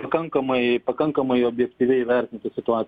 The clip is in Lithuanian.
pakankamai pakankamai objektyviai įvertinti situaciją